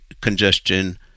congestion